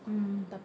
mm mm mm